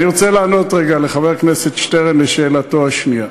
אני רוצה לענות רגע לחבר הכנסת שטרן על שאלתו השנייה.